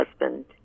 husband